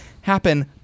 happen